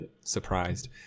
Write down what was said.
surprised